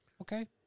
Okay